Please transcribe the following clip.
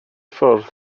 ffwrdd